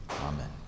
Amen